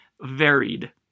varied